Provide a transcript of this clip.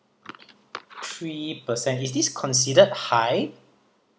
three per cent is this considered high